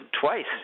twice